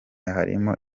harimo